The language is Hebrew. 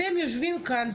אתם יושבים כאן,